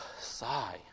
sigh